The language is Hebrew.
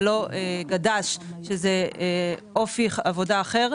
זה לא גד"ש, שזה אופי עבודה אחר.